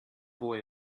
boy